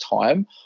time